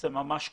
זה ממש קריטי.